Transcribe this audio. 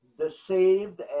deceived